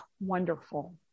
wonderful